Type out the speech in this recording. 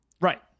Right